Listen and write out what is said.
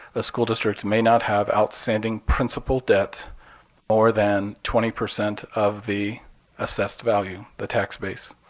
a school districts may not have outstanding principal debt more than twenty percent of the assessed value, the tax base.